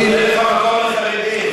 אין לך מקום לחרדים,